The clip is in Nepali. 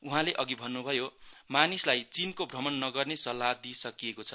उहाँले अघि भन्नभयो मानिसलाई चीनको भ्रमण नगर्ने सल्लाह दिइसकीएको छ